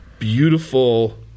beautiful